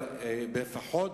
אבל בפחות,